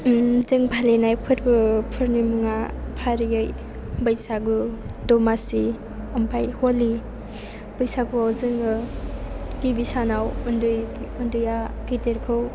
जों फालिनाय फोरबोफोरनि मुङा फारियै बैसागु दमासि ओमफ्राय हलि बैसागुआव जोङो गिबि सानाव उन्दै उन्दैया गिदिरखौ